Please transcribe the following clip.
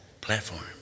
platform